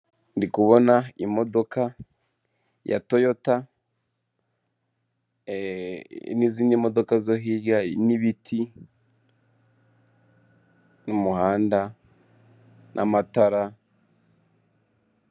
Ndi kubona imodoka ya Toyota n'izindi modoka zo hirya n'ibiti n'umuhanda n'amatara.